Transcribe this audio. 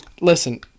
listen